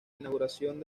inauguración